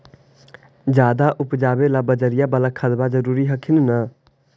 ज्यादा उपजाबे ला बजरिया बाला खदबा जरूरी हखिन न?